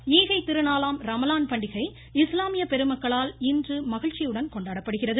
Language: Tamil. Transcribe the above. ரமலான் ஈகைத்திருநாளாம் ரமலான் பண்டிகை இஸ்லாமிய பெருமக்களால் இன்று மகிழ்ச்சியுடன் கொண்டாடப்படுகிறது